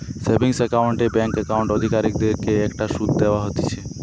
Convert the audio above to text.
savings account এ bank account অধিকারীদের কে একটা শুধ দেওয়া হতিছে